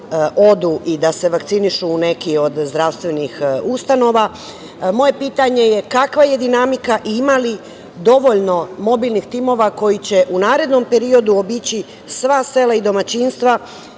i da se vakcinišu u neku od zdravstvenih ustanova. Moje pitanje je – kakva je dinamika i ima li dovoljno mobilnih timova koji će u narednom periodu obići sva sela i domaćinstva,